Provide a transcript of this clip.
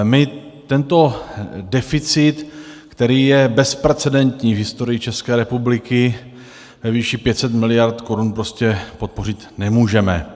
My tento deficit, který je bezprecedentní v historii České republiky ve výši 500 mld. korun, prostě podpořit nemůžeme.